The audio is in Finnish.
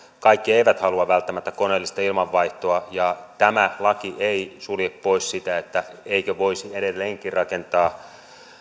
kaikki eivät halua välttämättä koneellista ilmanvaihtoa ja tämä laki ei sulje pois sitä että eikö voisi edelleenkin rakentaa